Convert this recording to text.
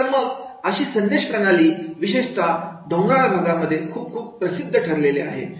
तर मग अशी संदेश प्रणाली विशेषता डोंगररांगांमध्ये खूप खूप प्रसिद्ध ठरलेली आहे